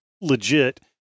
legit